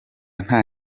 nta